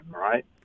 right